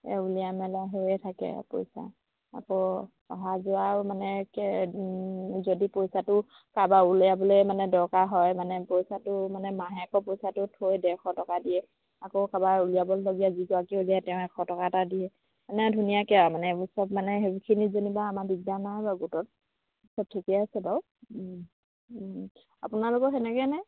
এই উলিয়াই মেলা হৈয়ে থাকে পইচা আকৌ অহা যোৱাও মানে কে যদি পইচাটো কাৰোবাৰ উলিয়াবলৈ মানে দৰকাৰ হয় মানে পইচাটো মানে মাহেকৰ পইচাটো থৈ ডেৰশ টকা দিয়ে আকৌ কাৰোবাৰ উলিয়াবলগীয়া যিগৰাকীয়ে উলিয়াই তেওঁ এশ টকা এটা দিয়ে মানে ধুনীয়াকৈ আৰু মানে সব মানে সেইখিনিত যেনিবা আমাৰ দিগদাৰ নাই বাৰু গোটত সব ঠিকেই আছে বাৰু আপোনালোকৰ তেনেকৈনে